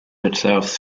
itself